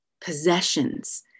possessions